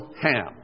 Ham